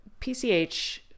PCH